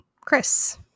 Chris